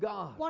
God